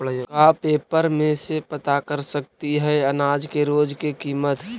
का पेपर में से पता कर सकती है अनाज के रोज के किमत?